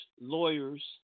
lawyers